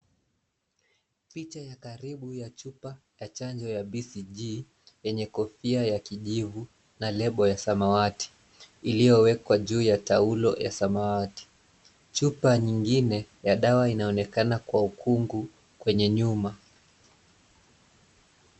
Picha ya karibu ya chupa, ya chanjo ya BCG , yenye kofia ya kijivu, na lebo ya samawati, iliowekwa juu ya taulo ya samawati. Chupa nyingine, ya dawa inaonekana kwa ukungu kwenye nyuma.